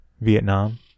vietnam